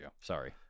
Sorry